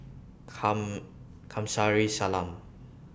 Kamsari Salam